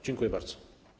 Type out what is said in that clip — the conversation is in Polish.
Dziękuję bardzo.